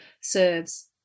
Serves